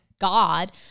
god